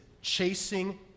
chasing